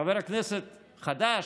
חבר הכנסת חדש,